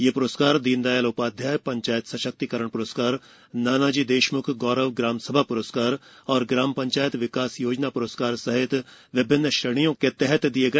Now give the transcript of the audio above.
यह प्रस्कार दीन दयाल उपाध्याय पंचायत सशक्तिकरण प्रस्कार नानाजी देशम्ख गौरव ग्राम सभा प्रस्कार और ग्राम पंचायत विकास योजना प्रस्कार सहित विभिन्न श्रेणियों के तहत दिए गए